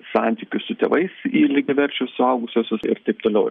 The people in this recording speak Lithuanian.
santykių su tėvais į lygiaverčius suaugusiuosius ir taip toliau